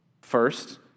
First